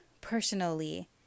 personally